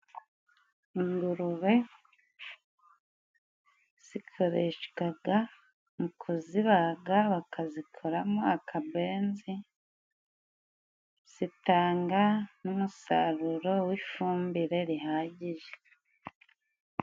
Ingurube zikoreshwaga mu kuzibaga bakazikora mo akabenzi, zitanga n' umusaruro w'ifumbire rihagije.